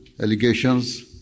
allegations